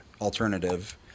alternative